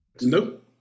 Nope